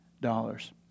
dollars